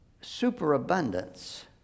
superabundance